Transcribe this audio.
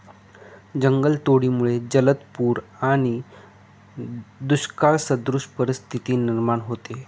जंगलतोडीमुळे जलद पूर आणि दुष्काळसदृश परिस्थिती निर्माण होते